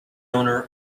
owner